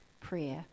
prayer